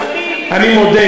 אני מודה